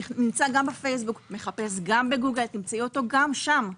נמצא גם בפייסבוק, גם בגוגל, תמצאי אותו גם שם.